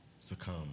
succumb